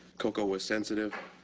cocoa was sensitive,